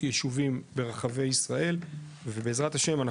יישובים ברחבי ישראל ובעזרת השם,